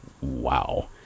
wow